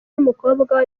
n’umukobwa